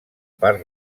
part